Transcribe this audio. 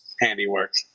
handiwork